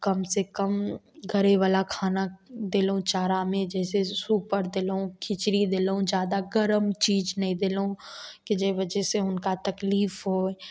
कम से कम घरे बला खाना देलहुॅं जाड़ामे जाहिसऽ सुपर देलहुॅं खिचड़ी देलहुॅं जादा गरम चीज नहि देलहुॅं कि जाहि वजह से हुनका तकलीफ होइ